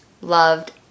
loved